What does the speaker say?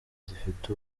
zifite